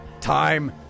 time